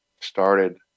started